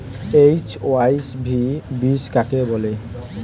HYV বীজ কাকে বলে?